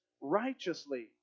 righteously